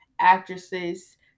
actresses